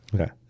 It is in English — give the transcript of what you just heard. Okay